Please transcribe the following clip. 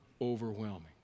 overwhelming